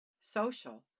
Social